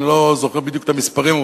אני לא זוכר בדיוק את המספרים,